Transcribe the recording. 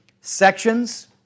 sections